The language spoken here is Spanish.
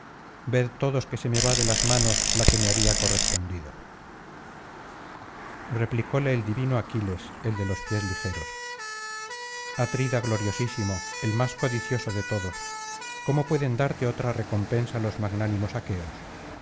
ved todos que se me va de las manos la que me había correspondido replicole el divino aquiles el de los pies ligeros atrida gloriosísimo el más codicioso de todos cómo pueden darte otra recompensa los magnánimos aqueos